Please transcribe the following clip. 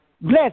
Bless